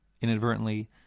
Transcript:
inadvertently